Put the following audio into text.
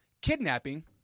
kidnapping